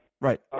Right